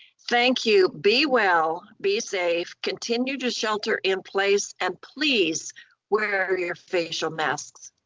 thank you. be well, be safe, continue to shelter in place, and please wear your facial masks.